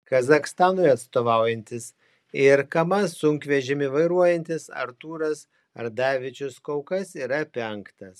kazachstanui atstovaujantis ir kamaz sunkvežimį vairuojantis artūras ardavičius kol kas yra penktas